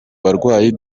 barwayi